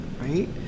right